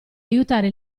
aiutare